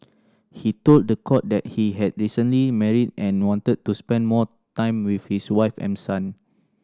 he told the court that he had recently married and wanted to spend more time with his wife and son